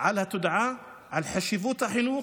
על התודעה, על חשיבות החינוך,